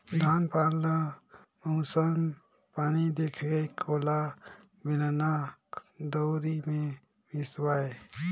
धान पान ल मउसम पानी देखके ओला बेलना, दउंरी मे मिसवाए